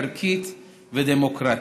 ערכית ודמוקרטית,